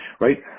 right